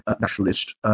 nationalist